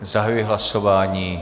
Zahajuji hlasování.